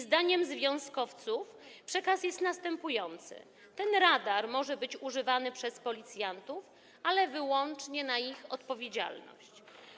Zdaniem związkowców przekaz jest następujący: ten radar może być używany przez policjantów, ale wyłącznie na ich odpowiedzialność.